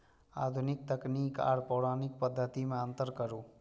आधुनिक तकनीक आर पौराणिक पद्धति में अंतर करू?